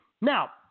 Now